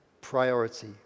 priority